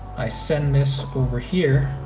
i send this over here.